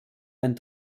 ein